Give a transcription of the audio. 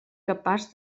capaç